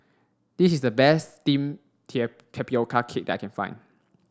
this is the best steam tapioca cake that I can find